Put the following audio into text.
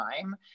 time